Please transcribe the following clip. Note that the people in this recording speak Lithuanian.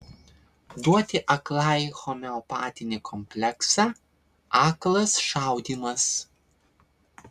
duoti aklai homeopatinį kompleksą aklas šaudymas